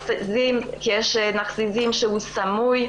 כי יש נרקיסיזם שהוא סמוי.